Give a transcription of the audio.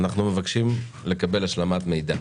אנחנו מבקשים לקבל השלמת מידע.